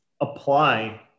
apply